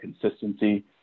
consistency